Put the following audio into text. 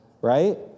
right